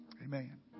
Amen